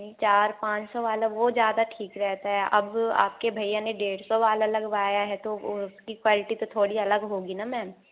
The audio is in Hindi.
चार पाँच साउ वाला वो ज़्यादा ठीक रहता है अब आपके भैया ने डेढ़ सौ वाला लगवाया है तो वो किफ़ायती तो थोड़ी अलग होगी ना मैम